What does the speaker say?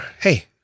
Hey